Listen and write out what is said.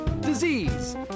disease